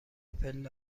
پله